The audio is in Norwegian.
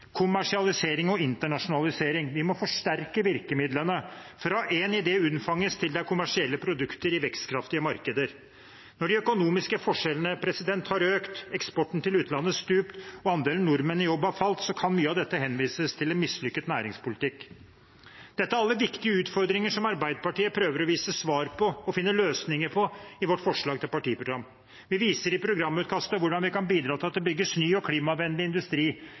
kommersialisering og internasjonalisering. Vi må forsterke virkemidlene fra en idé unnfanges, til det er kommersielle produkter i vekstkraftige markeder. Når de økonomiske forskjellene har økt, eksporten til utlandet har stupt, og andelen nordmenn i jobb har falt, kan mye av dette henvises til en mislykket næringspolitikk. Dette er alle viktige utfordringer som Arbeiderpartiet prøver å vise svar på og finne løsninger for i vårt forslag til partiprogram. Vi viser i programutkastet hvordan vi kan bidra til at det kan bygges ny og klimavennlig industri